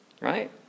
Right